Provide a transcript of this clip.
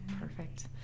Perfect